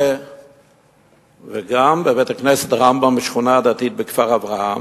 וגם בית-הכנסת "רמב"ם" בשכונה הדתית בכפר-אברהם,